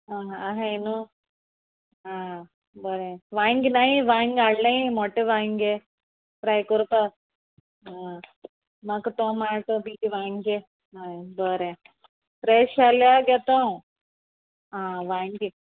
आ हा ये न्हू आ बरें वांयगी ना वांयग हाडलें मोटें वांयगे फ्राय कोरपाक आ म्हाका टोमाटो बी ती वांयगे हय बरें फ्रेश जाल्या गे तो हांव आ वांयगे